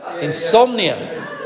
Insomnia